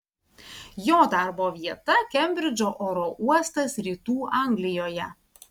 jo darbo vieta kembridžo oro uostas rytų anglijoje